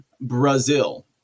Brazil